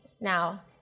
Now